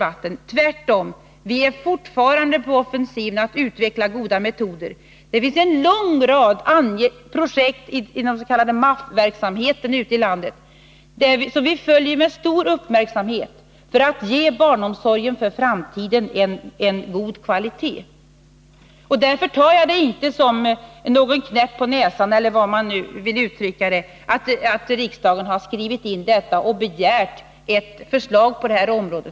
Vi är tvärtom fortfarande på offensiven när det gäller att utveckla goda metoder. Det finns ute i landet en lång rad projekt inom den s.k. MAFF-verksamheten, mångsidigt användbara förskolor och fritidshem, som vi följer med stor uppmärksamhet för att kunna ge barnomsorgen för framtiden en god kvalitet. Därför tar jag det inte som någon knäpp på näsan, eller hur man nu vill uttrycka det, att riksdagen har skrivit in detta om kommunernas ansvar och begärt förslag på detta område.